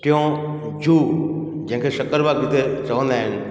टियों जू जंहिंखे सक्करबाग ते चवंदा आहिनि